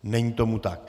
Není tomu tak.